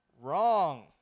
wrong